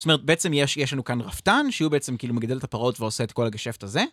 זאת אומרת, בעצם יש לנו כאן רפתן, שהוא בעצם כאילו מגדל את הפרות ועושה את כל הגשעפט הזה.